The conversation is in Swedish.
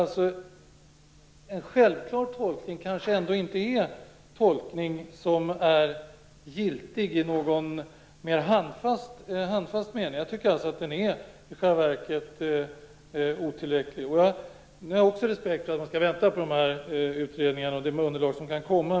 Det är kanske inte en självklar tolkning att detta är giltigt i en mer handfast mening. Jag tycker i själva verket att den är otillräcklig. Jag har också respekt för att man skall vänta på de utredningar och det underlag som kan komma.